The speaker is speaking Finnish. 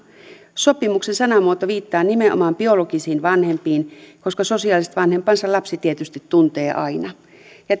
sopimuksen sananmuoto viittaa nimenomaan biologisiin vanhempiin koska sosiaaliset vanhempansa lapsi tietysti tuntee aina ja